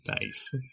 Nice